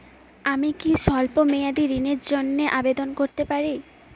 আমি কি স্বল্প মেয়াদি ঋণের জন্যে আবেদন করতে পারি?